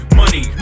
money